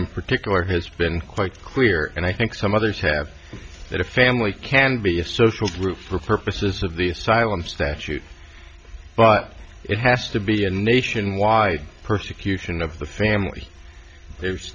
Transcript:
in particular has been quite clear and i think some others have that a family can be a social group for purposes of the asylum statute but it has to be a nationwide persecution of the family there's